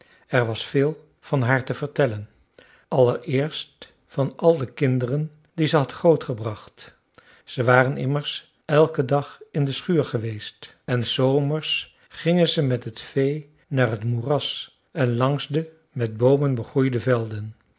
er was veel van haar te vertellen allereerst van al de kinderen die ze had grootgebracht ze waren immers elken dag in de schuur geweest en s zomers gingen ze met het vee naar t moeras en langs de met boomen begroeide velden